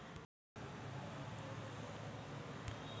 पराटीच्या जास्त वाढी नंतर शेंडे तोडनं ठीक राहीन का?